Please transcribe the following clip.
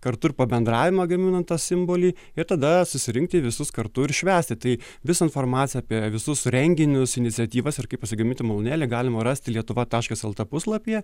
kartu ir pabendravimą gaminant tą simbolį ir tada susirinkti visus kartu ir švęsti tai visą informaciją apie visus renginius iniciatyvas ir kaip pasigaminti malūnėlį galima rasti lietuva taškas lt puslapyje